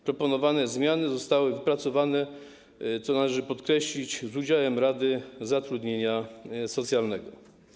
Proponowane zmiany zostały wypracowane, co należy podkreślić, z udziałem Rady Zatrudnienia Socjalnego.